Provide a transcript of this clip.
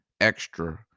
extra